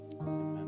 amen